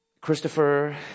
Christopher